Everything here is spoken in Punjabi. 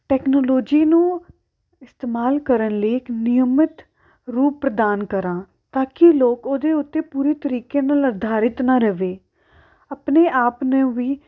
ਟੈਕਨੋਲੋਜੀ ਨੂੰ ਇਸਤੇਮਾਲ ਕਰਨ ਲਈ ਇੱਕ ਨਿਯਮਿਤ ਰੂਪ ਪ੍ਰਦਾਨ ਕਰਾਂ ਤਾਂ ਕਿ ਲੋਕ ਉਹਦੇ ਉੱਤੇ ਪੂਰੇ ਤਰੀਕੇ ਨਾਲ ਆਧਾਰਿਤ ਨਾ ਰਹੇ ਆਪਣੇ ਆਪ ਨੂੰ ਵੀ